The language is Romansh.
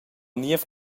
niev